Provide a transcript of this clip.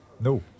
No